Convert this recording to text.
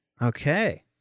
Okay